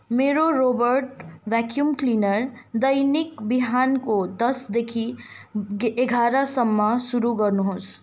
मेरो robot vacuum cleaner दैनिक बिहानको दसदेखि एघारसम्म शुरू गर्नुहोस्